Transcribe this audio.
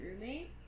roommate